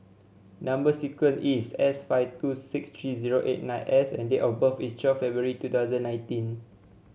number sequence is S five two six three zero eight nine S and date of birth is twelve February two thousand nineteen